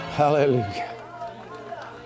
Hallelujah